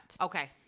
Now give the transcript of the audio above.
okay